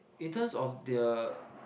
in terms of their